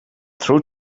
through